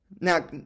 Now